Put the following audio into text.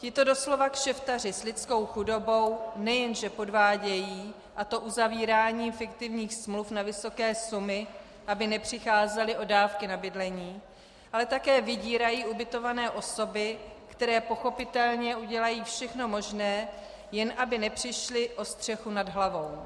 Tito doslova kšeftaři s lidskou chudobou nejenže podvádějí, a to uzavíráním fiktivních smluv na vysoké sumy, aby nepřicházeli o dávky na bydlení, ale také vydírají ubytované osoby, které pochopitelně udělají všechno možné, jen aby nepřišly o střechu nad hlavou.